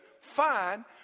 fine